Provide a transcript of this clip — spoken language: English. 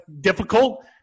difficult